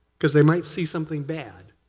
because they might see something bad.